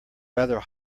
rather